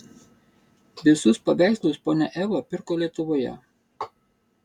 visus paveikslus ponia eva pirko lietuvoje